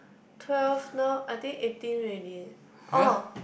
twelve now I think eighteen already oh